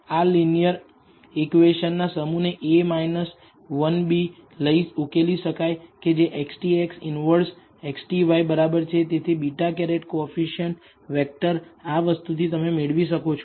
આ linear equation ના સમૂહને a 1b લઈ ઉકેલી શકાય કે જે XTX ઈનવર્સ XTy બરાબર છે તેથી β̂ કોએફીસીએંટ વેક્ટર આ વસ્તુથી તમે મેળવી શકો છો